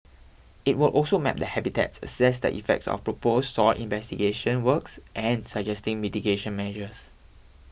it will also map the habitats assess the effects of proposed soil investigation works and suggesting mitigating measures